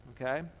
Okay